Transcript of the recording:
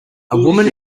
woman